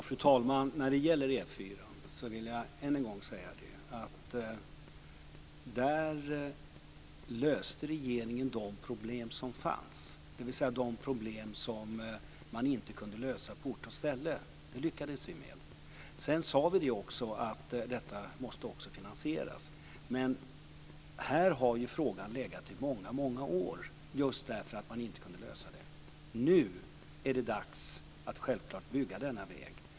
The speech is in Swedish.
Fru talman! När det gäller E 4:an vill jag än en gång säga att regeringen löste de problem som fanns, dvs. de problem som inte kunde lösas på ort och ställe. Det lyckades vi med. Sedan sade vi också att detta måste finansieras. Frågan har legat i många år just för att man inte kunnat lösa det. Nu är det självklart dags att bygga denna väg.